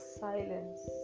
silence